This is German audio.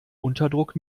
unterdruck